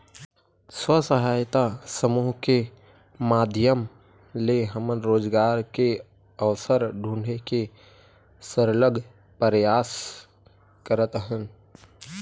स्व सहायता समूह के माधियम ले हमन रोजगार के अवसर ढूंढे के सरलग परयास करत हन